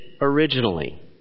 originally